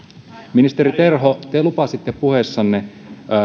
ministeri terho te lupasitte puheessanne